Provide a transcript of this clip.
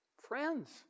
friends